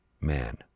man